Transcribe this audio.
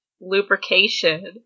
lubrication